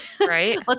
right